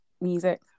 music